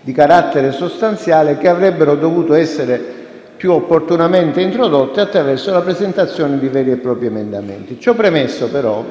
di carattere sostanziale che avrebbero dovuto essere più opportunamente introdotte attraverso la presentazione di veri e propri emendamenti. Ciò premesso, però,